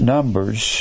Numbers